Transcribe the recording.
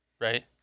right